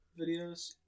videos